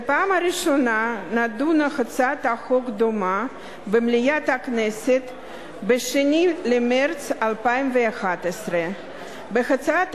בפעם הראשונה נדונה הצעת חוק דומה במליאה ב-2 במרס 2011. בהצעת